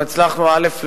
אנחנו הצלחנו, א.